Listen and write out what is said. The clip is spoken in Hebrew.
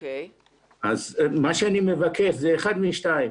אני מבקש אחת משתיים,